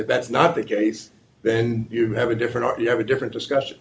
if that's not the case then you have a different you have a different discussion